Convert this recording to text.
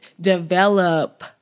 develop